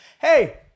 hey